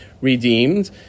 redeemed